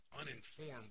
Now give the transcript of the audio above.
uninformed